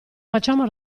facciamo